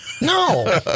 No